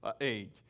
age